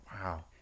wow